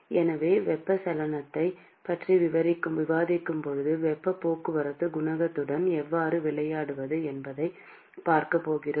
எனவே வெப்பச்சலனத்தைப் பற்றி விவாதிக்கும்போது வெப்பப் போக்குவரத்துக் குணகத்துடன் எவ்வாறு விளையாடுவது என்பதைப் பார்க்கப் போகிறோம்